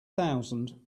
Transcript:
thousand